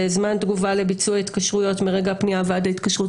וזמן התגובה לביצוע ההתקשרויות מרגע הפנייה ועד ההתקשרות,